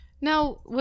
Now